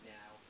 now